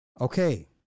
Okay